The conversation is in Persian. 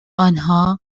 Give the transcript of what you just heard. آنها